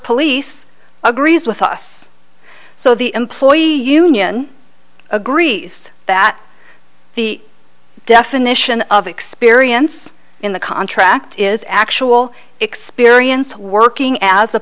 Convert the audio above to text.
police agrees with us so the employee union agrees that the definition of experience in the contract is actual experience working as a